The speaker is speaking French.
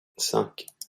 cinq